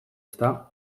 ezta